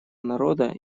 народа